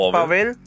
Pavel